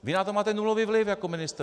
Vy na to máte nulový vliv jako ministr.